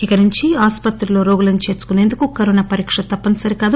ఇకనుండి ఆసుపత్రుల్లో రోగులను చేర్చుకుసేందుకు కోవిడ్ పరీక తప్పనిసరి కాదు